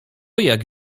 jak